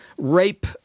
rape